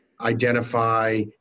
identify